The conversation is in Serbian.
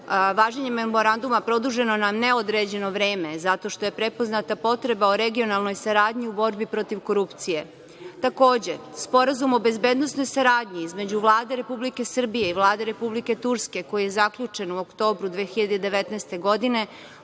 važenje memoranduma produženo na neodređeno vreme zato što je prepoznata potreba o regionalnoj saradnji u borbi protiv korupcije. Takođe, sporazum o bezbednosnoj saradnji između Vlade Republike Srbije i Vlade Republike Turske koji je zaključen u oktobru 2019. godine,